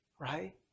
right